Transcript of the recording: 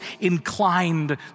inclined